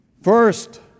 first